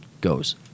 goes